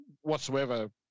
whatsoever